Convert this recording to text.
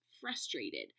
frustrated